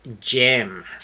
gem